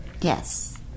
Yes